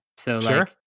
Sure